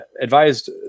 advised